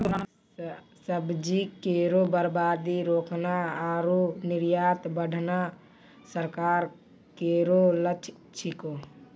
सब्जी केरो बर्बादी रोकना आरु निर्यात बढ़ाना सरकार केरो लक्ष्य छिकै